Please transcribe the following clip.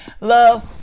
Love